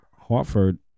Hartford